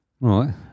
Right